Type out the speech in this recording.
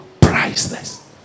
priceless